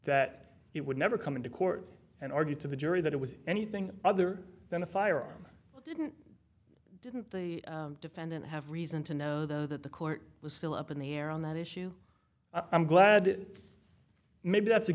that it would never come into court and argue to the jury that it was anything other than a firearm didn't didn't the defendant have reason to know though that the court was still up in the air on that issue i'm glad maybe that's a